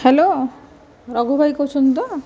hello Raghubhai କହୁଛନ୍ତି ତ